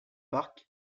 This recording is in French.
park